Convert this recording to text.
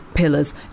Pillars